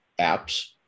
apps